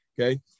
okay